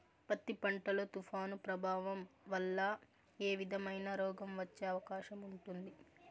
పత్తి పంట లో, తుఫాను ప్రభావం వల్ల ఏ విధమైన రోగం వచ్చే అవకాశం ఉంటుంది?